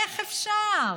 איך אפשר?